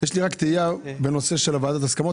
יש לי תהייה בנושא ועדת ההסכמות.